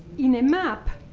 in a map